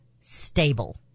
stable